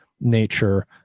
nature